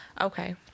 Okay